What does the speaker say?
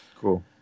Cool